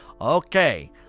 okay